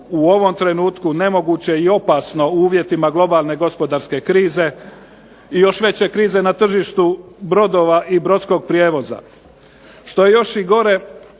u ovom trenutku nemoguće i opasno u uvjetima globalne gospodarske krize i još veće krize na tržištu brodova i brodskog prijevoza. Što je još i gore,